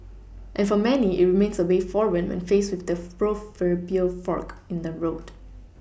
and for many it remains a way forward when faced with the proverbial fork in the road